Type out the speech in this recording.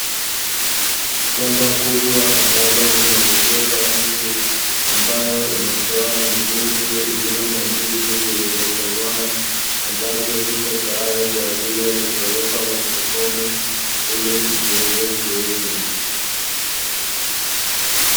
Shamba kubwa ambalo lina migomba mingi, ambayo inatoa mikungu iliyo na ndizi zilizokomaa, ambazo zipo tayari kwa ajili ya kupelekwa masokoni ili ziweze kuuzwa.